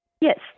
Yes